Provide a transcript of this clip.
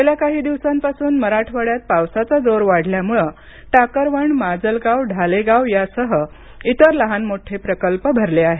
गेल्या काही दिवसांपासून मराठवाड्यात पावसाचा जोर वाढल्यामुळे टाकरवण माजलगाव ढालेगाव यासह इतर लहान मोठे प्रकल्प भरले आहेत